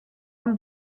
one